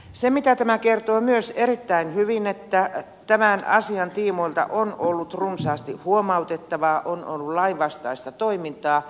se mitä tämä kertoo myös erittäin hyvin on että tämän asian tiimoilta on ollut runsaasti huomautettavaa on ollut lainvastaista toimintaa